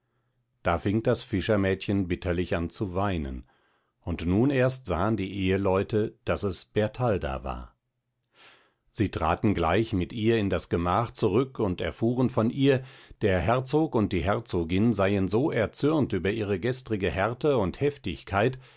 da fing das fischermädchen bitterlich an zu weinen und nun erst sahen die eheleute daß es bertalda war sie traten gleich mit ihr in das gemach zurück und erfuhren von ihr der herzog und die herzogin seien so erzürnt über ihre gestrige härte und heftigkeit